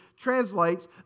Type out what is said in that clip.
translates